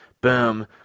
Boom